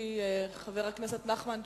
לפי חבר הכנסת נחמן שי,